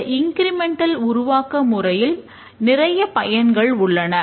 இந்த இன்கிரிமெண்டல் உருவாக்க முறையில் நிறைய பயன்கள் உள்ளன